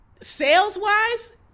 sales-wise